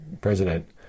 president